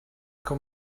que